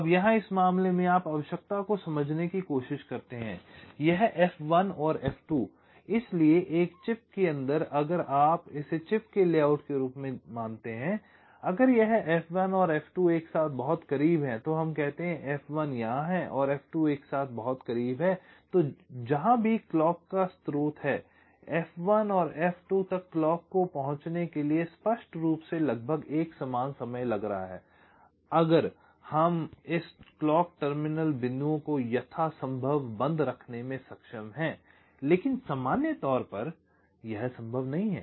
अब यहां इस मामले में आप आवश्यकता को समझने की कोशिश करते हैं यह F1 और F2 इसलिए एक चिप के अंदर अगर आप इसे चिप के लेआउट के रूप में मानते हैं अगर यह F1 और F2 एक साथ बहुत करीब हैं तो हम कहते हैं कि F1 यहां है और F2 एक साथ बहुत करीब है तो जहां भी क्लॉक का स्रोत है F1 और F2 तक क्लॉक को पहुंचने के लिए स्पष्ट रूप से लगभग एक समान समय लग रहा है अगर हम इस क्लॉक टर्मिनल बिंदुओं को यथासंभव बंद रखने में सक्षम हैं लेकिन सामान्य तौर पर यह संभव नहीं है